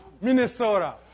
Minnesota